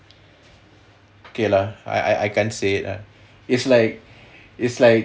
okay lah I I can't say it lah it's like it's like